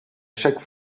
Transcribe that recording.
chaque